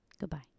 Goodbye